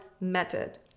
method